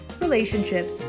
relationships